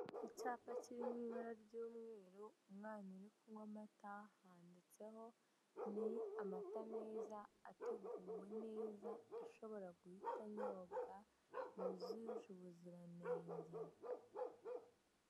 Icyapa kiri mu ibara ry'umweru, umwana uri kunywa amata handitseho "ni amata meza" ateguwe neza ashobora guhita anyobwa yuzuje ubuziranenge.